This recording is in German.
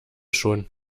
schon